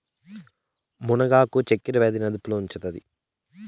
మునగ ఆకు చక్కర వ్యాధి ని అదుపులో ఉంచుతాది